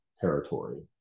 territory